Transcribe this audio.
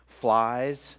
flies